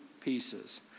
pieces